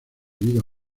vida